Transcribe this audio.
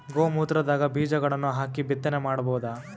ಗೋ ಮೂತ್ರದಾಗ ಬೀಜಗಳನ್ನು ಹಾಕಿ ಬಿತ್ತನೆ ಮಾಡಬೋದ?